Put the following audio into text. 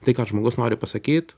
tai ką žmogus nori pasakyt